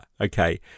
okay